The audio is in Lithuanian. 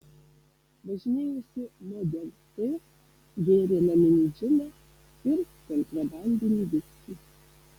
važinėjosi model t gėrė naminį džiną ir kontrabandinį viskį